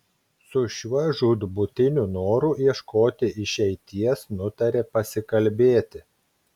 su šiuo žūtbūtiniu noru ieškoti išeities nutarė pasikalbėti